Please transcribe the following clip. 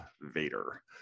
Vader